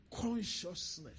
consciousness